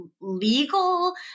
legal